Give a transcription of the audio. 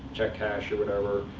check cash, or whatever.